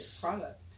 product